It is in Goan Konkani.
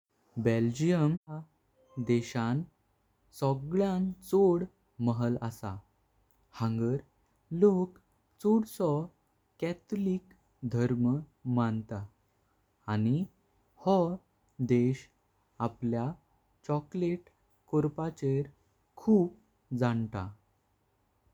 बेल्जियम ह्या देशान सगळ्यानं चोड महाल असा। हंग़ार लोक चोडसो कैथोलिक धर्म मंता। आणि हो देश आपल्या चॉकलेट कोंपाचेर खूब जाणता।